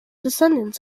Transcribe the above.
descendants